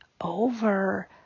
over